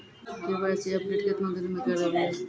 KYC update केतना दिन मे करेबे यो?